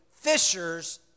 fishers